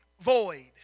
void